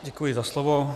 Děkuji za slovo.